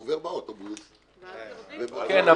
הוא עובר באוטובוס --- כן,